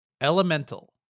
Elemental